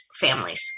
families